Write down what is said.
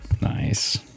nice